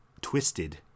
twisted